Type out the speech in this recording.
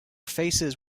faces